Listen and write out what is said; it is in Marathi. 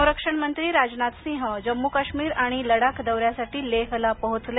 संरक्षण मंत्री राजनाथ सिंह जम्मू काश्मीर आणि लडाख दौऱ्यासाठी लेहला पोहोचले